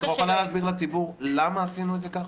אבל את רוצה ומוכנה להסביר לציבור למה עשינו את זה ככה?